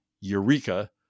Eureka